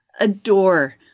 adore